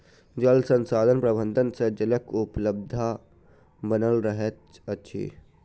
जल संसाधन प्रबंधन सँ जलक उपलब्धता बनल रहैत अछि